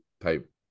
type